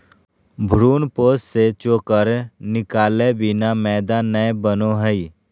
भ्रूणपोष से चोकर निकालय बिना मैदा नय बनो हइ